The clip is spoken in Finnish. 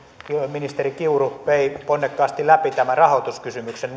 ministeri kiuru vei ponnekkaasti läpi tämän rahoituskysymyksen